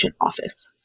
office